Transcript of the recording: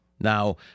Now